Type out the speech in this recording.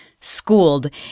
schooled